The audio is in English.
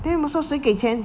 then 我们说谁给钱